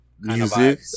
music